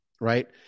Right